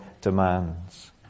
demands